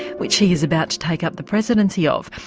which he is about to take up the presidency of.